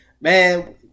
man